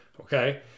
Okay